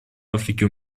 африке